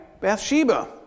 Bathsheba